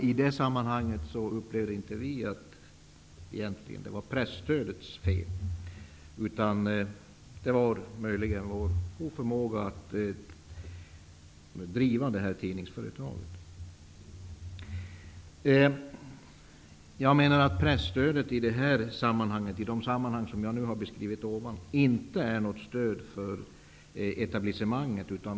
I det sammanhanget upplevde vi inte att det egentligen var presstödets fel. Det var möjligen vår oförmåga att driva tidningsföretaget. Presstödet i de sammanhang som jag nu har beskrivit är inte ett stöd för etablissemanget.